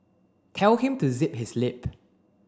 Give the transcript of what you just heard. tell him to zip his lip